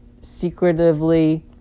secretively